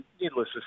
needless